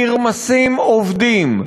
נרמסים עובדים,